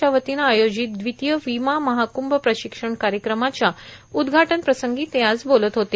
च्या वतीनं आयोजित द्वितीय विमा महाक्भ प्रशिक्षण कायक्रमाच्या उद्घाटन प्रसंगी ते आज बोलत होते